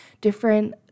different